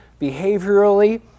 behaviorally